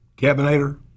Cabinator